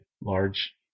large